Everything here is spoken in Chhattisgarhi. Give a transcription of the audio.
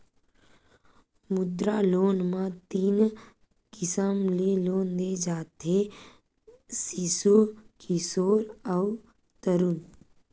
मुद्रा लोन म तीन किसम ले लोन दे जाथे सिसु, किसोर अउ तरून